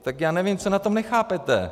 Tak já nevím, co na tom nechápete.